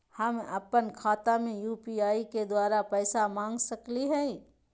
हम अपन खाता में यू.पी.आई के द्वारा पैसा मांग सकई हई?